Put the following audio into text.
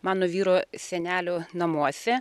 mano vyro senelio namuose